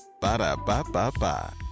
Ba-da-ba-ba-ba